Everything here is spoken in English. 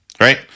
right